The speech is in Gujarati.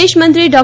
વિદેશમંત્રી ડો